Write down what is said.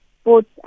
sports